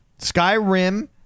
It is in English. Skyrim